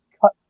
cut